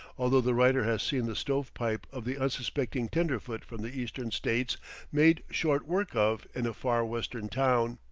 although the writer has seen the stove-pipe of the unsuspecting tenderfoot from the eastern states made short work of in a far western town,